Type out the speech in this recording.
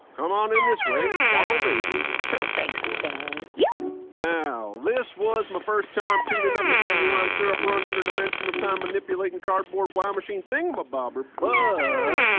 come on in this way. follow me sure. thanks thank you yeah now, this was my first time tuning up a genuine syrup-run interdimensional time-manipulating cardboard wow machine thing-a-ma-bobber. but.